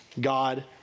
God